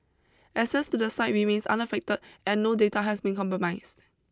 access to the site remains unaffected and no data has been compromised